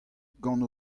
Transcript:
gant